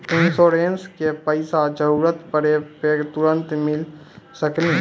इंश्योरेंसबा के पैसा जरूरत पड़े पे तुरंत मिल सकनी?